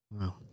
Wow